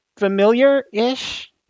Familiar-ish